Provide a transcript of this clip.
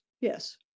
Yes